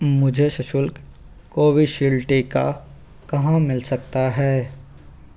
मुझे सशुल्क कोवीशील्ड टीका कहाँ मिल सकता है